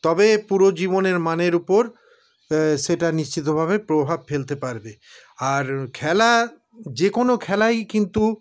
তবে পুরো জীবনের মানের ওপর সেটা নিশ্চিতভাবে প্রভাব ফেলতে পারবে আর খেলা যে কোনো খেলাই কিন্তু